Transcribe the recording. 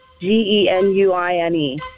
G-E-N-U-I-N-E